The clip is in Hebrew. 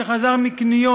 שחזר מקניות